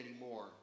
anymore